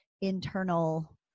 internal